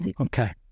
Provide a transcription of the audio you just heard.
Okay